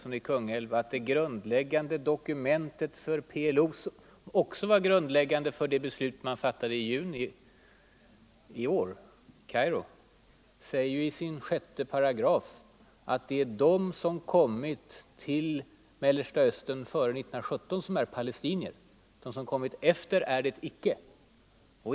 Vi vet ju ändå att i det grundläggande dokumentet för PLO:s verksamhet — som också var grundläggande för det beslut man fattade i juni i år i Kairo — anges i 6 § att endast de som kommit till Mellersta Östern före 1917 är palestinier. De som kommit därefter är det inte.